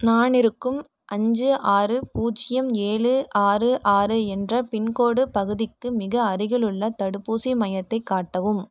நான் இருக்கும் அஞ்சு ஆறு பூஜ்ஜியம் ஏழு ஆறு ஆறு என்ற பின்கோட் பகுதிக்கு மிக அருகிலுள்ள தடுப்பூசி மையத்தை காட்டவும்